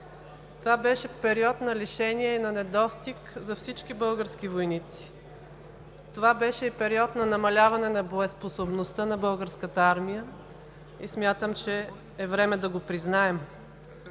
Това беше период на лишения и на недостиг за всички български войници. Това беше период на намаляване на боеспособността на Българската армия и смятам че е време да го признаем.